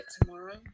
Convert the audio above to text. tomorrow